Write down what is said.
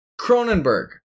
Cronenberg